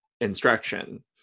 instruction